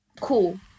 cool